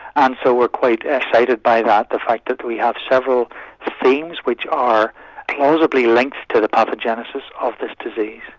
and so we're quite excited by that, the fact that we have several themes which are plausibly liked to the pathogenesis of this disease.